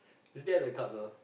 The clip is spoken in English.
you still have the cards ah